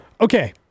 Okay